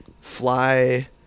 fly